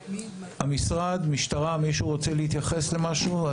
מישהו רוצה להתייחס למשהו?